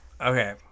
Okay